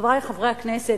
חברי חברי הכנסת.